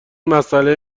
مساله